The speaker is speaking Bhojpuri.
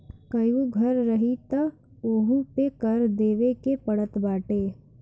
कईगो घर रही तअ ओहू पे कर देवे के पड़त बाटे